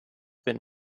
been